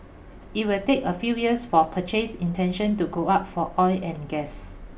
it will take a few years for purchase intention to go up for oil and gas